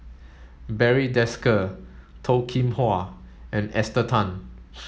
Barry Desker Toh Kim Hwa and Esther Tan